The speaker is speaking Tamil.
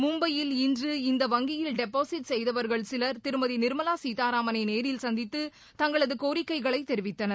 மும்பையில் இன்று இந்த வங்கியில் டெப்பாசிட் செய்தவர்கள் சிலர் திருமதி நிர்மலா சீதாராமனை நேரில் சந்தித்து தங்களது கோரிக்கைகளை தெரிவித்தனர்